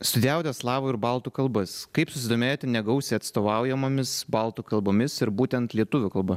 studijavote slavų ir baltų kalbas kaip susidomėjote negausia atstovaujamomis baltų kalbomis ir būtent lietuvių kalba